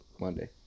Monday